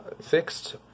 fixed